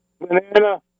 banana